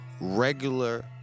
regular